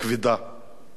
תודה רבה.